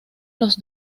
los